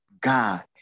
God